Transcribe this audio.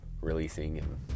releasing